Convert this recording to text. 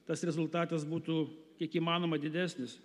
tas rezultatas būtų kiek įmanoma didesnis